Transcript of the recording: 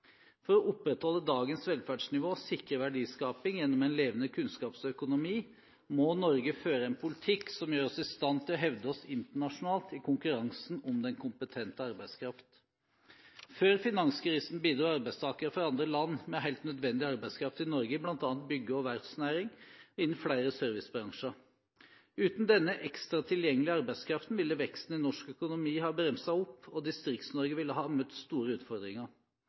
For å opprettholde dagens velferdsnivå og sikre verdiskaping gjennom en levende kunnskapsøkonomi må Norge føre en politikk som gjør oss i stand til å hevde oss internasjonalt i konkurransen om den kompetente arbeidskraft. Før finanskrisen bidro arbeidstakere fra andre land med helt nødvendig arbeidskraft i Norge, i bl.a. bygge- og verftsnæringene og innen flere servicebransjer. Uten denne ekstra tilgjengelige arbeidskraften ville veksten i norsk økonomi ha bremset opp, og Distrikts-Norge ville ha møtt store utfordringer.